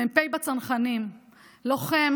מ"פ בצנחנים, לוחם